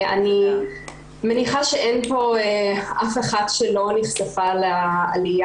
אני מניחה שאין פה אף אחת שלא נחשפה לעליה